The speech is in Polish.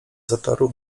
zatorów